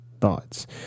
thoughts